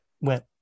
went